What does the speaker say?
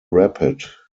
rapid